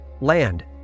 land